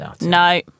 no